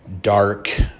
dark